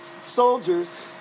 soldiers